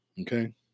Okay